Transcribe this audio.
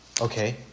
Okay